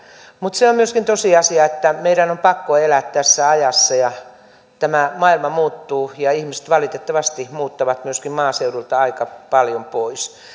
mutta se on myöskin tosiasia että meidän on pakko elää tässä ajassa ja tämä maailma muuttuu ja ihmiset valitettavasti muuttavat myöskin maaseudulta aika paljon pois